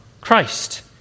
Christ